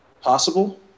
possible